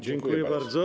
Dziękuję bardzo.